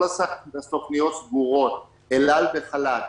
כל הסוכנויות סגורות ואל-על בחל"ת.